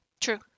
True